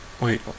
Wait